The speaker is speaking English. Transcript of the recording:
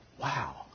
Wow